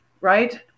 right